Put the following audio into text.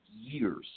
years